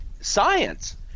science